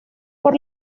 por